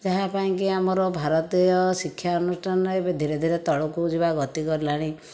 ଯାହାପାଇଁକି ଆମର ଭାରତୀୟ ଶିକ୍ଷାନୁଷ୍ଠାନ ଏବେ ଧିରେ ଧିରେ ତଳକୁ ଯିବା ଗତି କରିଲାଣି